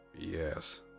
Yes